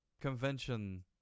convention